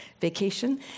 vacation